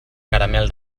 caramel